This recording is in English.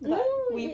don't know